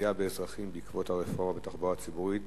פגיעה באזרחים בעקבות הרפורמה בתחבורה הציבורית,